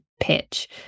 pitch